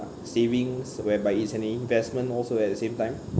savings whereby it's an investment also at the same time